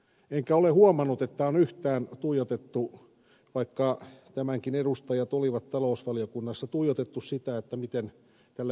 enkä ole huomannut että on yhtään tuijotettu miten tällä ydinvoimarintamalla tapahtuu vaikka täälläkin edustajat olivat talousvaliokunnassa tuijottaneet sitä